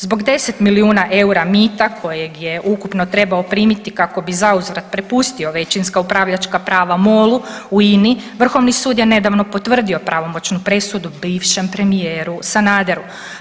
Zbog 10 milijuna eura mita kojeg je ukupno trebao primiti kako bi zauzvrat prepustio većinska upravljačka prava MOL-u u INA-i vrhovni sud je nedavno potvrdio pravomoćnu presudu bivšem premijeru Sanaderu.